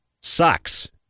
sucks